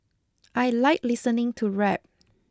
I like listening to rap